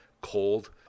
cold